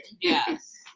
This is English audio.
Yes